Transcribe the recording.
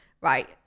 Right